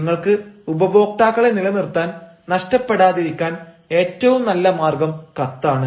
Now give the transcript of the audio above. നിങ്ങൾക്ക് ഉപഭോക്താക്കളെ നിലനിർത്താൻ നഷ്ടപ്പെടാതിരിക്കാൻ ഏറ്റവും നല്ല മാർഗ്ഗം കത്താണ്